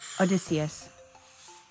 Odysseus